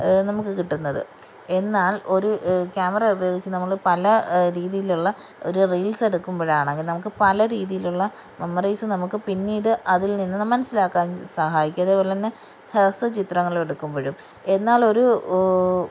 നമുക്ക് കിട്ടുന്നത് എന്നാൽ ഒരു ക്യാമറ ഉപയോഗിച്ച് നമ്മൾ പല രീതിയിലുള്ള ഒരു റീൽസ് എടുക്കുമ്പോഴാണ് അല്ലെങ്കിൽ പല രീതിയിലുള്ള മെമ്മോറിസ് നമുക്ക് പിന്നീട് അതിൽ നിന്ന് മനസ്സിലാക്കാൻ സഹായിക്കും അതുപോലെ തന്നെ ഹ്രസ്വ ചിത്രങ്ങൾ എടുക്കുമ്പോഴും എന്നാൽ ഒരു